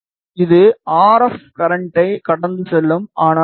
இது R F கரண்ட்டை கடந்து செல்லும் ஆனால் டி